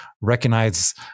recognize